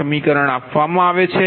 આ સમીકરણ આપવામાં આવે છે